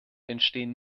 entstehen